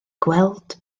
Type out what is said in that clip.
gweld